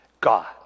God